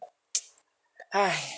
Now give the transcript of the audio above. !hais!